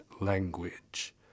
language